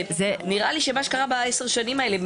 נראה לי שמה שקרה בעשר השנים האלה,